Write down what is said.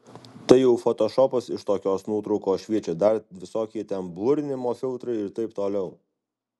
tai jau fotošopas iš tokios nuotraukos šviečia dar visokie ten blurinimo filtrai ir taip toliau